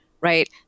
Right